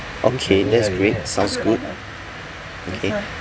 okay that's great sounds good okay